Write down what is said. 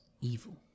evil